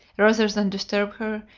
rather than disturb her,